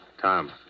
Tom